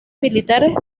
militares